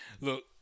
look